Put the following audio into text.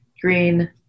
green